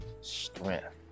strength